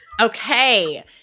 Okay